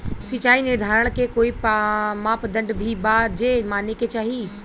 सिचाई निर्धारण के कोई मापदंड भी बा जे माने के चाही?